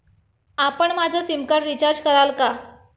आपण माझं sim card recharge कराल का?